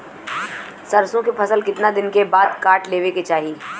सरसो के फसल कितना दिन के बाद काट लेवे के चाही?